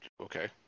okay